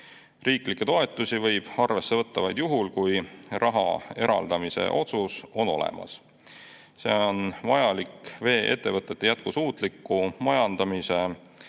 Riiklikke toetusi võib arvesse võtta vaid juhul, kui raha eraldamise otsus on olemas. See on vajalik vee-ettevõtete jätkusuutliku majandamise